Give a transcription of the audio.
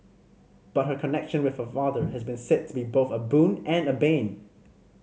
but her connection with her father has been said to be both a boon and a bane